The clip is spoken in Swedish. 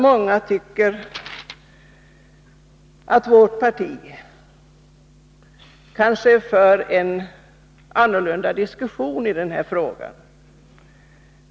Många tycker kanske att vårt parti för en annorlunda diskussion i denna fråga.